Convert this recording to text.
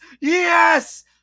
yes